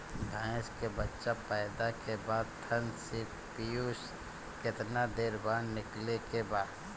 भैंस के बच्चा पैदा के बाद थन से पियूष कितना देर बाद निकले के बा?